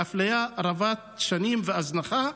אפליה רבת שנים והזנחה.